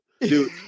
Dude